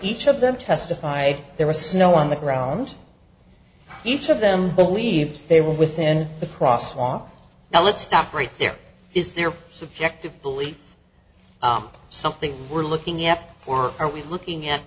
each of them testified there was snow on the ground each of them believed they were within the crosswalk now let's stop right there is their subjective belief something we're looking at or are we looking at